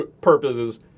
purposes